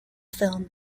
film